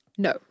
No